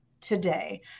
today